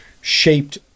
shaped